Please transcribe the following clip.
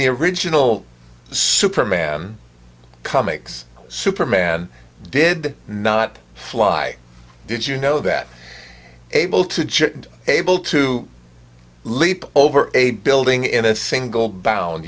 the original superman comics superman did not fly did you know that able to able to leap over a building in a single bound